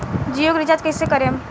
जियो के रीचार्ज कैसे करेम?